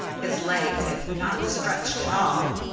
his legs had not stretched at all.